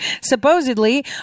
supposedly